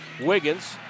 Wiggins